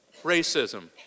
racism